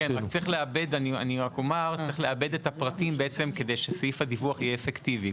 צריך לעבד את הפרטים כדי שסעיף הדיווח יהיה אפקטיבי.